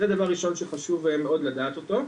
זה דבר ראשון שחשוב מאוד לדעת אותו.